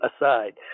aside